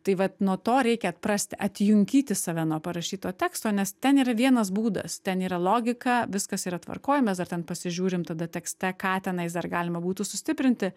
tai vat nuo to reikia atprasti atjunkyti save nuo parašyto teksto nes ten yra vienas būdas ten yra logika viskas yra tvarkoj mes dar ten pasižiūrim tada tekste ką tenais dar galima būtų sustiprinti